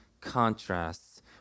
contrasts